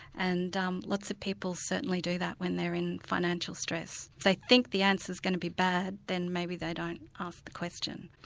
and um lots of people certainly do that when they're in financial stress. if they think the answer is going to be bad, then maybe they don't ask the question.